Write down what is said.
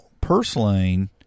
purslane